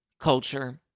Culture